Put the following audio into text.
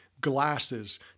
glasses